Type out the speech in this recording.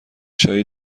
چایی